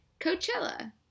Coachella